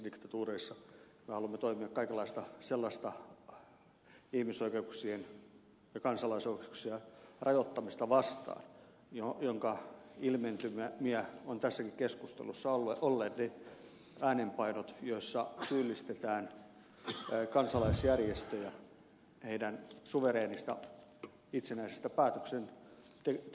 me haluamme toimia kaikenlaista sellaista ihmisoikeuksien ja kansalaisoikeuksien rajoittamista vastaan jonka ilmentymiä ovat tässäkin keskustelussa olleet ne äänenpainot joissa syyllistetään kansalaisjärjestöjä niiden suvereenista itsenäisestä päätöksenteosta